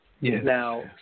Now